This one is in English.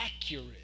accurate